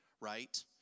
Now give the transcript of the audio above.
right